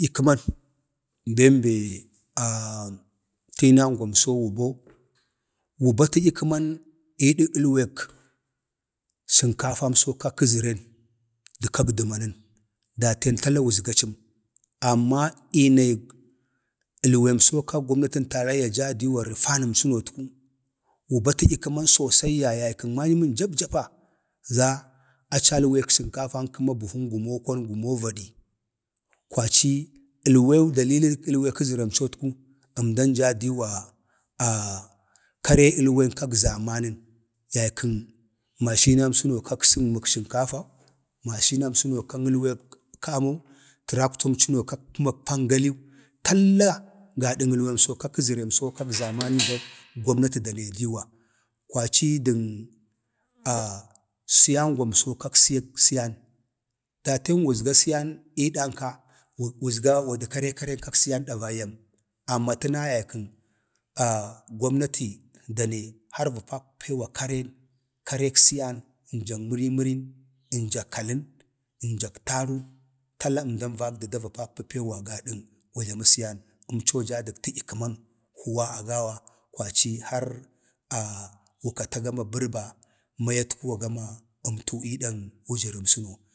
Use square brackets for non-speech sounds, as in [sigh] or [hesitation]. ﻿ikiman [hesitation] tiinanwamso wubo wu ba tədya kəman iidək əlwek sənkafamso kak kazaren dak kag dəmanən, daten tala wuzgacəm, amma iinayək əlweemso kag gomnatin taraiyya jaa du rifanmcənotku, wu ba tədya, kəman sosaiyya, yaykən manyəman jap japa za aca alwek sənkafan kəma buhun gumokwan gumo vadi. kwaci əlwewu dalilik əlwek kəzərəmcotku əmdan ja diiwa [hesitation] kareg əlwen kag zamanən, yyakən masinamsəno kag əzgəmən sənkafau, masinamsa no kag əlwan amu, traktom cəno kak pəmak pangaliw, talla gada alwemso kaykəzərenəmso kag zaman [noise] gomntati da nee diiwa, kwaci dən [hesitation] siyangwamso kak siyan, daten wuzga siyan ii danka wuzga kare karek siyan davaiyyam, amma tənayay kən [hesitation] gomnati dane har va pakpee əmdanəngwa karen, karek siyan, ənjan mirimirin ənja kalən ənjak tarun tala əmda vabdau əmda va pakpeewa gadan wajləmə siyan 3mco daa dək tədya kəman huwa agawa kwaci har [hesitation] wu kata gama barba, mayatkuwa gama əmtu iidan wujərəmsəno,